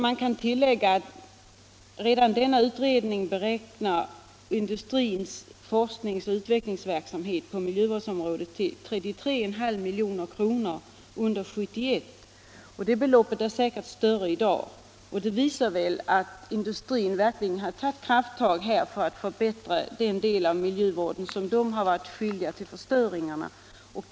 Man kan tillägga att denna utredning beräknar industrins forsknings och utvecklingsverksamhet på miljövårdsområdet redan år 1971 till 33,5 milj.kr. Det beloppet är säkerligen större i dag, och det visar väl att industrin verkligen tagit krafttag för att motverka miljöförstöringen inom den del av den miljöfarliga verksamheten som den står för.